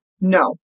no